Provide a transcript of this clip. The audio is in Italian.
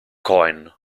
cohen